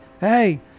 hey